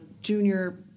junior